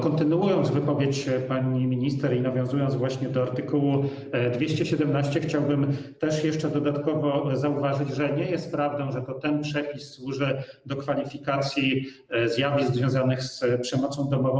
Kontynuując wypowiedź pani minister i nawiązując właśnie do art. 217, chciałbym też jeszcze dodatkowo zauważyć, że nie jest prawdą, że to ten przepis służy do kwalifikacji zjawisk związanych z przemocą domową.